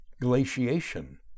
glaciation